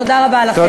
תודה רבה לכם.